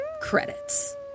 Credits